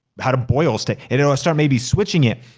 how to boil steak. it'll start maybe switching it.